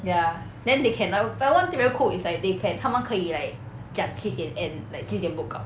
ya then they can like one thing very cool is like they can 他们可以 like 讲几点 end like 几点 book out